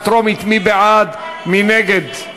מסדר-היום את הצעת חוק לתיקון פקודת התעבורה